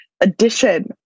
addition